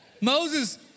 Moses